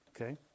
Okay